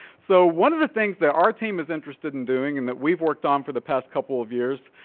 so one of the things that our team is interested in doing and that we've worked on for the past couple of years,